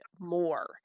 more